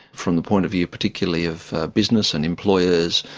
from the point of view particularly of business and employers,